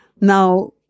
now